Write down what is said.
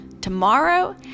tomorrow